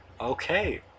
okay